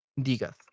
Diga